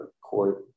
court